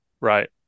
Right